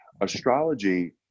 astrology